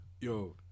Yo